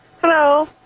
Hello